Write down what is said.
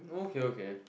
okay okay